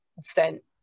sent